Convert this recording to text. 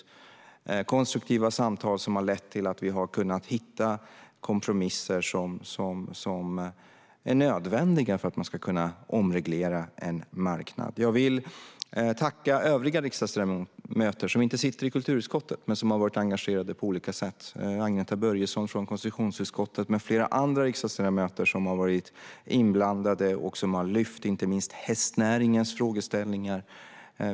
Dessa konstruktiva samtal har lett till att vi har kunnat hitta kompromisser som är nödvändiga för att man ska kunna omreglera en marknad. Jag vill tacka övriga riksdagsledamöter som inte sitter i kulturutskottet men som har varit engagerade på olika sätt. Det gäller Agneta Börjesson från konstitutionsutskottet och flera andra riksdagsledamöter som har varit inblandade och som har lyft fram inte minst hästnäringens frågeställningar.